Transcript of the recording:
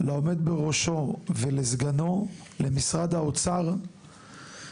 לעומד בראשו ולסגנו, למשרד האוצר,